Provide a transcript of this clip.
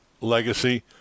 legacy